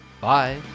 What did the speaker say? Bye